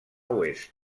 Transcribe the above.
oest